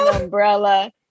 umbrella